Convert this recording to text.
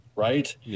Right